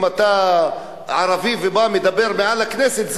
אם אתה ערבי ובא לדבר בכנסת,